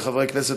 כחברי כנסת,